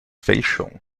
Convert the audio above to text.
fälschung